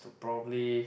to probably